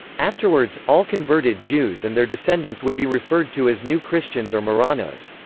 afterwards, all converted jews and their descendants would be referred to as new christians or marranos.